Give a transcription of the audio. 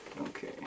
Okay